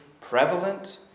prevalent